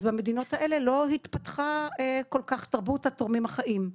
אז במדינות האלה לא התפתחה כל כך תרבות התורמים החיים.